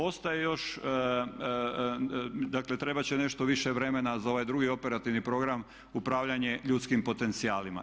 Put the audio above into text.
Ostaje još, dakle trebat će nešto više vremena za ovaj drugi operativni program upravljanje ljudskim potencijalima.